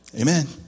Amen